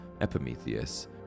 Epimetheus